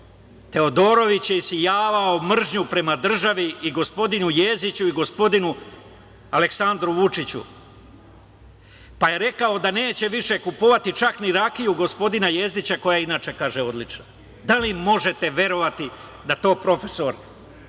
Teodorović je isijavao mržnju prema državi i gospodinu Jezdiću i gospodinu Aleksandru Vučiću. Rekao je da neće više kupovati čak ni rakiju gospodina Jezdića koja je inače odlična. Da li možete verovati da to profesor